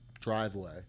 driveway